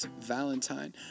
Valentine